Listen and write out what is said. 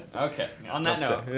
ok, on that note.